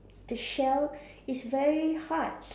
the shell is very hard